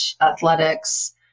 athletics